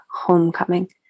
homecoming